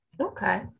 Okay